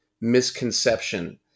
misconception